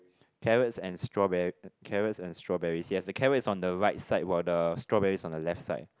carrots and strawberry carrots and strawberry yes the carrot is on the right side while the strawberry is on the left side